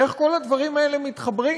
איך כל הדברים האלה מתחברים?